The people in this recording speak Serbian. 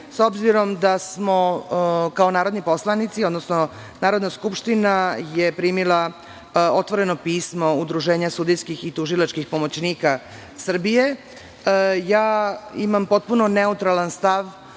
S obzirom da smo kao narodni poslanici, odnosno Narodna skupština je primila otvoreno pismo Udruženja sudijskih i tužilačkih pomoćnika Srbije i imam potpuno neutralan stav